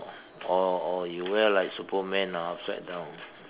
or or you wear like Superman ah upside down